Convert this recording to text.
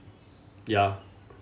ya